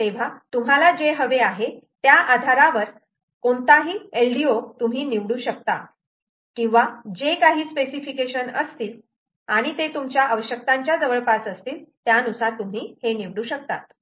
तेव्हा तुम्हाला जे हवे आहे त्या आधारावर कोणताही LDO निवडू शकता किंवा जे काही स्पेसिफिकेशन असतील आणि ते तुमच्या आवश्यकतांच्या जवळपास असतील त्यानुसार तुम्ही निवडू शकतात